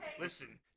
Listen